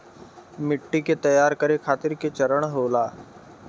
मिट्टी के तैयार करें खातिर के चरण होला?